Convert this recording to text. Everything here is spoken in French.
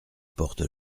porte